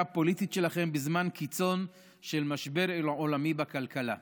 הפוליטית שלכם בזמן קיצון של משבר עולמי בכלכלה?